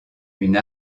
une